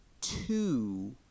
Two